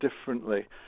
differently